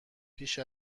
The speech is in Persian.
پیش